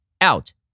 out